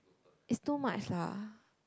is too much lah